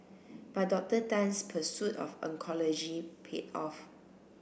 but Dr Tan's pursuit of oncology paid off